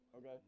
Okay